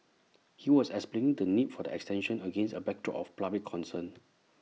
he was explain the need for the extension against A backdrop of public concern